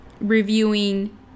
reviewing